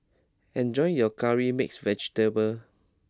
enjoy your Curry Mixed Vegetable